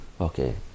okay